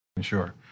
sure